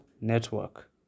network